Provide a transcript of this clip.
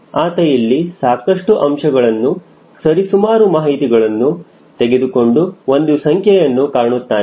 ಆತ ಇಲ್ಲಿ ಸಾಕಷ್ಟು ಅಂಶಗಳ ಸರಿಸುಮಾರು ಮಾಹಿತಿಗಳನ್ನು ತೆಗೆದುಕೊಂಡು ಒಂದು ಸಂಖ್ಯೆಯನ್ನು ಕಾಣುತ್ತಾನೆ